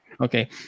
Okay